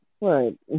Right